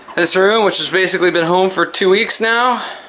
this room, which has basically been home for two weeks now,